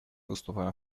выступаем